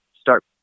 start